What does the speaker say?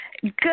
Good